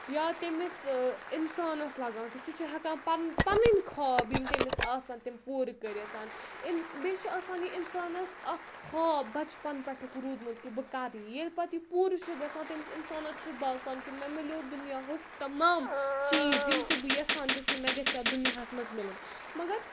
یا تٔمِس اِنسانَس لَگان کہِ سُہ چھُ ہؠکان پَنُن پَنٕنۍ خاب یِم تٔمِس آسَن تِم پوٗرٕ کٔرِتھ بیٚیہِ چھُ آسان یہِ اِنسانَس اکھ خاب بَچپَن پؠٹھُک روٗدمُت کہِ بہٕ کَرٕ یہِ ییٚلہِ پَتہٕ یہِ پوٗرٕ چھُ گژھان تٔمِس اِنسانَس چھُ باسان کہِ مےٚ مِلیو دُنیاہُک تَمام چیٖز یِم تہِ بہٕ یَژھان چھَس کہِ مےٚ گژھِ ہا یَتھ دُنیاہَس منٛز مِلُن مگر